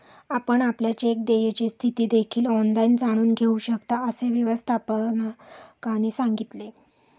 आपण आपल्या चेक देयची स्थिती देखील ऑनलाइन जाणून घेऊ शकता, असे व्यवस्थापकाने सांगितले